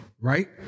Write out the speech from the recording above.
Right